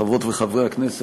חברות וחברי הכנסת,